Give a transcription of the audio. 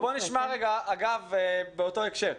בואו נשמע משהו באותו הקשר.